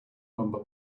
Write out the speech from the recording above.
number